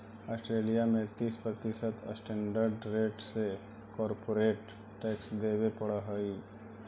Australia में तीस प्रतिशत स्टैंडर्ड रेट से कॉरपोरेट टैक्स देवे पड़ऽ हई